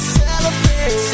celebrate